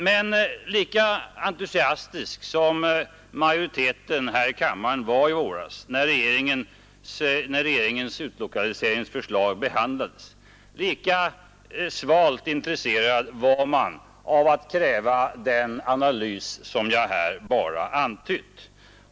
Men lika entusiastisk som majoriteten här i kammaren var i våras, när regeringens utlokaliseringsförslag behandlades, lika svalt intresserad var man av att kräva den analys som jag här bara antytt.